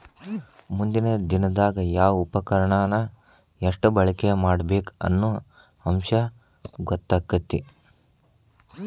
ಮುಂದಿನ ದಿನದಾಗ ಯಾವ ಉಪಕರಣಾನ ಎಷ್ಟ ಬಳಕೆ ಮಾಡಬೇಕ ಅನ್ನು ಅಂಶ ಗೊತ್ತಕ್ಕತಿ